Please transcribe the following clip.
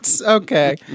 Okay